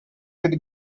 with